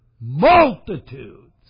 Multitudes